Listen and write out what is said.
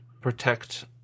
protect